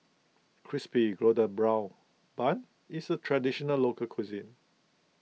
Crispy Golden Brown Bun is a Traditional Local Cuisine